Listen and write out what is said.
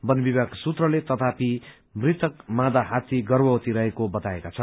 बन विभाग सूत्रहस्ले तथापि मृतक मादा हाथी गर्भवती रहेको बताएका छन्